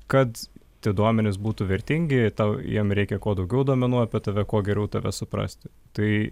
kad tie duomenys būtų vertingi tau jiem reikia kuo daugiau duomenų apie tave kuo geriau tave suprasti tai